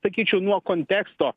sakyčiau nuo konteksto